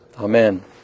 Amen